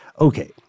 okay